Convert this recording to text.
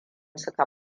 suka